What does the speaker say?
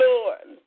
Lord